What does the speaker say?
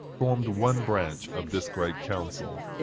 formed one branch of this great council.